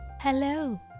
Hello